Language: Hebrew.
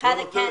לא עובד.